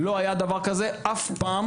לא היה דבר כזה אף פעם